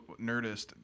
Nerdist